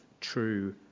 true